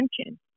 attention